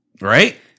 Right